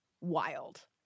wild